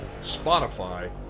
Spotify